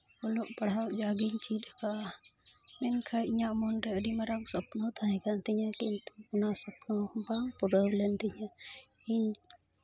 ᱚᱞᱚᱜ ᱯᱟᱲᱦᱟᱜ ᱡᱟᱜ ᱜᱮᱧ ᱪᱮᱫ ᱟᱠᱟᱫᱟ ᱢᱮᱱᱠᱷᱟᱡ ᱤᱧᱟᱹᱜ ᱢᱚᱱᱨᱮ ᱟᱹᱰᱤ ᱢᱟᱨᱟᱝ ᱥᱚᱯᱱᱚ ᱛᱟᱦᱮᱸᱠᱟᱱ ᱛᱤᱧᱟᱹ ᱠᱤᱱᱛᱩ ᱚᱱᱟ ᱥᱚᱯᱱᱚ ᱵᱟᱝ ᱯᱩᱨᱟᱹᱣ ᱞᱮᱱ ᱛᱤᱧᱟᱹ ᱤᱧ